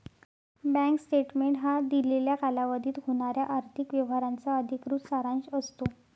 bank statement हा दिलेल्या कालावधीत होणाऱ्या आर्थिक व्यवहारांचा अधिकृत सारांश असतो